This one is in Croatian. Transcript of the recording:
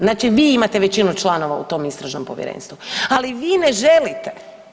Znači vi imate većinu članova u tom istražnom povjerenstvu, a vi ne želite.